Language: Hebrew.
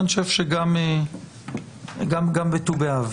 אני חושב שגם ט"ו באב,